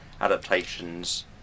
adaptations